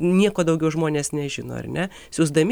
nieko daugiau žmonės nežino ar ne siųsdami